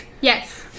Yes